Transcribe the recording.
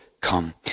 come